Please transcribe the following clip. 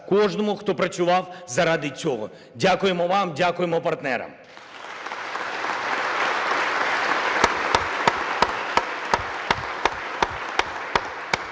кожному, хто працював заради цього. Дякуємо вам, дякуємо партнерам.